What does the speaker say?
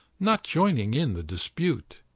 not joining in the dispute.